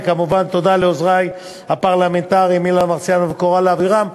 וכמובן תודה לעוזרי הפרלמנטריים אילן מרסיאנו וקורל אבירם.